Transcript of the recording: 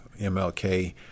MLK